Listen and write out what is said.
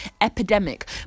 epidemic